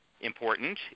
important